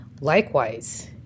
Likewise